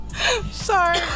Sorry